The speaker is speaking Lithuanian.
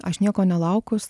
aš nieko nelaukus